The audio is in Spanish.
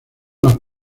las